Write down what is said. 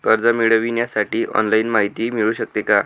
कर्ज मिळविण्यासाठी ऑनलाईन माहिती मिळू शकते का?